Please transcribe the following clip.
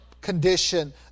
condition